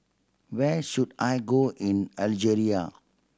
where should I go in Algeria